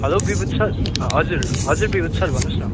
hello Bibhud sir हजुर हजुर Bibhud sir भन्नु होस् न